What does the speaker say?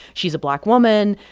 she's a black woman.